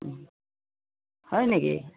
অঁ হয় নেকি